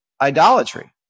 idolatry